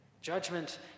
Judgment